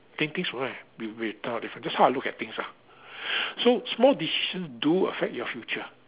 with with that's how I look at things ah so small decisions do affect your future